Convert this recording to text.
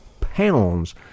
pounds